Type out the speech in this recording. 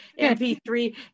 mp3